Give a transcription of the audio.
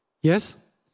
Yes